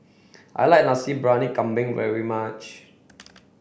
I like Nasi Briyani Kambing very much